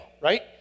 right